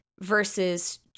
versus